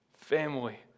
family